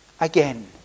again